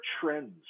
trends